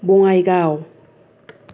Bongaigaon